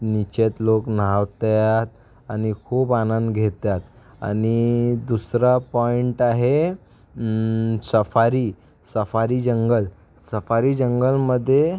निचत लोक न्हातात आणि खूप आनंद घेत्यात आणि दुसरा पॉइंट आहे सफारी सफारी जंगल सफारी जंगलमध्ये